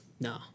No